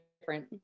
different